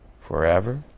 Forever